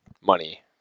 money